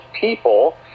people